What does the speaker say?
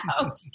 out